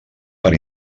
per